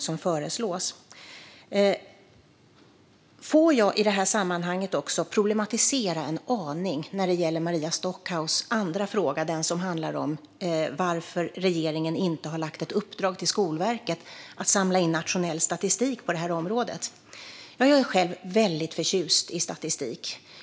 Jag vill i detta sammanhang också problematisera en aning när det gäller Maria Stockhaus andra fråga, den som handlar om varför regeringen inte har gett ett uppdrag till Skolverket att samla in nationell statistik på detta område. Jag är själv mycket förtjust i statistik.